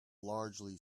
largely